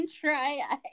try